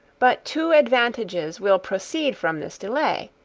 but two advantages will proceed from this delay.